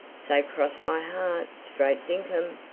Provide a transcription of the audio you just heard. say, cross my heart straight dinkum.